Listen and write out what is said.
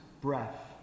breath